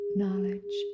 knowledge